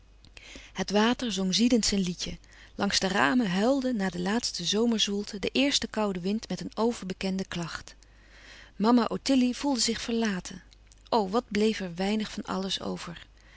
het water zong ziedend zijn liedje langs de ramen huilde na de laatste zomerzwoelte de eerste koude wind met een overbekende klacht mama ottilie voelde zich verlaten o wat bleef er weinig van alles over